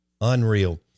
unreal